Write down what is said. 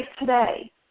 today